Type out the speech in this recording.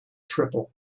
triple